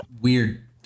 weird